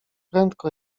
prędko